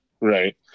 Right